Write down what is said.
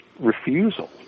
refusal